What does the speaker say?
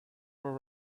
were